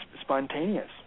spontaneous